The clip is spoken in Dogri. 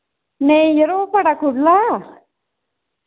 नेईं यरो बड़ा खु'ल्ला